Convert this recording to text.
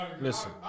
Listen